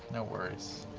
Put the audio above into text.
no worries.